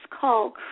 call